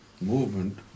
movement